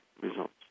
results